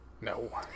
No